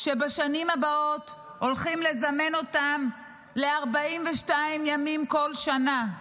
שבשנים הבאות הולכים לזמן אותם ל-42 ימים כל שנה,